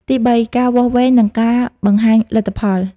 ទីបី ការវាស់វែង និងការបង្ហាញលទ្ធផល។